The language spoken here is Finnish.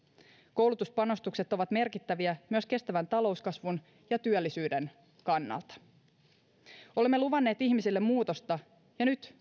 koulutuspanostukset ovat merkittäviä myös kestävän talouskasvun ja työllisyyden kannalta olemme luvanneet ihmisille muutosta ja nyt